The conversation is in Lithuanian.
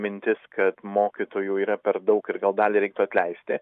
mintis kad mokytojų yra per daug ir gal dalį reiktų atleisti